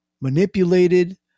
manipulated